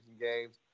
games